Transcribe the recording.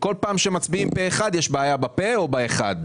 בכל פעם שמצביעים פה אחד יש בעיה בפה או באחד.